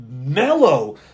mellow